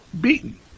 beaten